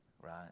right